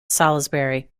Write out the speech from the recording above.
salisbury